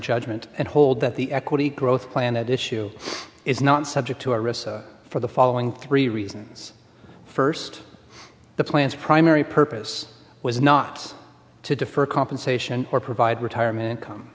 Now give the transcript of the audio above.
judgment and hold that the equity growth plan at issue is not subject to a risk for the following three reasons first the plan's primary purpose was not to defer compensation or provide retirement income